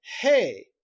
hey